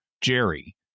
Jerry